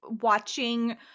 watching